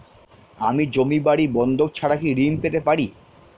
আমি জমি বাড়ি বন্ধক ছাড়া কি ঋণ পেতে পারি?